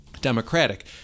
Democratic